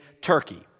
Turkey